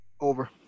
Over